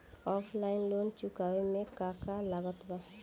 Offline loan चुकावे म का का लागत बा?